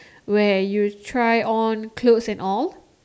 where you try on clothes and all